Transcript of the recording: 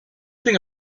thing